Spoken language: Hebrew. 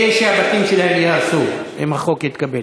אלה שהבתים שלהם ייהרסו אם החוק יתקבל.